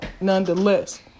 nonetheless